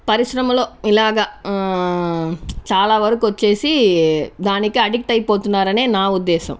పరిశ్రమలో ఇలాగ చాలా వరకు వచ్చేసి దానికి అడిక్ట్ అయిపోతున్నారని నా ఉద్దేశం